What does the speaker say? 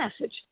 message